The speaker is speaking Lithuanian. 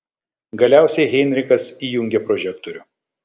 galiausiai heinrichas įjungė prožektorių